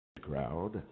crowd